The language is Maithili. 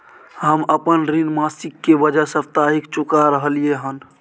हम अपन ऋण मासिक के बजाय साप्ताहिक चुका रहलियै हन